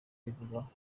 abivugaho